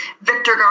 Victor